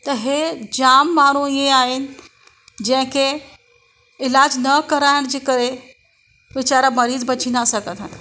त हे जामु माण्हू इअं आहिनि जंहिंखे इलाजु न कराइण जे करे वेचारा मरीज़ बची ना सा था सघनि